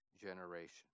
generation